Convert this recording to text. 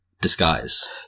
disguise